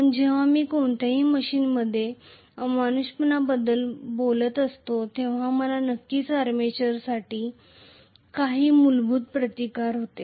पण जेव्हा मी कोणत्याही मशीनमध्ये नॉन आयडियॅलिटी बद्दल बोलत असतो तेव्हा मला नक्कीच आर्मेचरसाठी काही मूलभूत रेझिस्टन्स होते